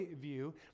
view